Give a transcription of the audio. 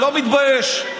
לא מתבייש.